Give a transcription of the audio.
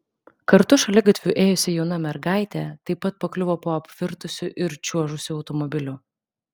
kartu šaligatviu ėjusi jauna mergaitė taip pat pakliuvo po apvirtusiu ir čiuožusiu automobiliu